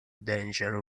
dungeon